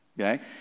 Okay